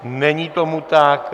Není tomu tak.